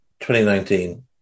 2019